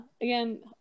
again